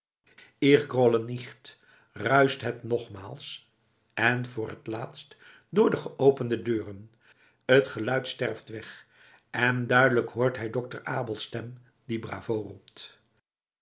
nicht ruischt het nogmaals en voor t laatst door de geopende deuren t geluid sterft weg en duidelijk hoort hij dokter abels stem die bravo roept